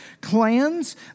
clans